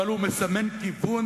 אבל הוא מסמן כיוון,